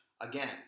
Again